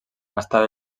estava